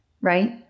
Right